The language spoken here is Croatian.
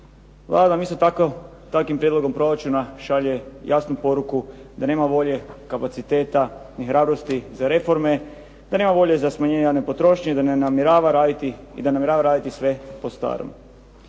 Vlada isto tako takvim prijedlogom proračuna šalje jasnu poruku da nema volje, kapaciteta ni hrabrosti za reforme, da nema volje za smanjenje javne potrošnje i da namjerava raditi sve po starom.